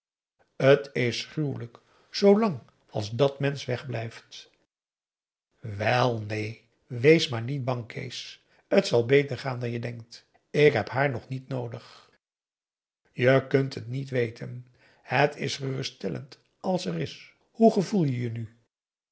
is gruwelijk zoo lang als dat mensch weg blijft wel neen wees maar niet bang kees t zal beter gaan dan je denkt ik heb haar nog niet noodig je kunt t niet weten het is geruststellend als ze er is hoe gevoel je je nu